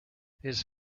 his